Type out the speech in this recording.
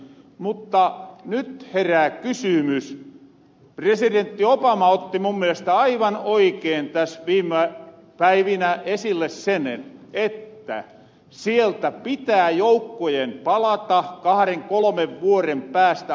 mutta nyt herää kysymys presidentti obama otti mun mielestä aivan oikein täs viime päivinä esille sen kun sieltä pitää joukkojen palata kahren kolomen vuoren päästä